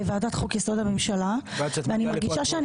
בוועדת חוק יסוד: הממשלה ואני מרגישה שאני